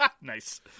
Nice